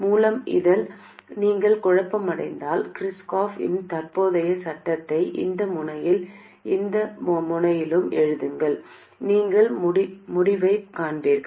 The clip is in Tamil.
மூலம் நீங்கள் குழப்பமடைந்தால் கிர்ச்சாஃப் இன் தற்போதைய சட்டத்தை இந்த முனையிலும் இந்த முனையிலும் எழுதுங்கள் நீங்கள் முடிவைக் காண்பீர்கள்